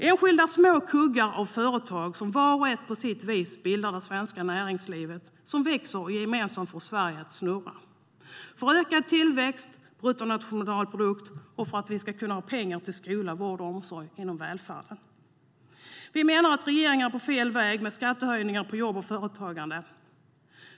Enskilda små kuggar av företag som vart och ett på sitt vis bildar det svenska näringslivet, som växer och gemensamt får Sverige att snurra för ökad tillväxt och bruttonationalprodukt och för att vi ska ha pengar till skola, vård och omsorg inom välfärden. Vi menar att regeringen är på fel väg med skattehöjningar på jobb och företagande.